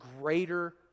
greater